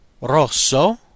rosso